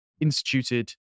instituted